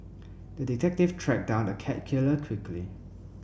the detective tracked down the cat killer quickly